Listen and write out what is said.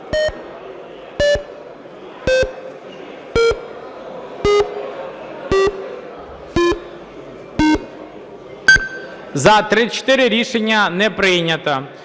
За-74 Рішення не прийнято.